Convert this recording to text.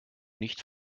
nicht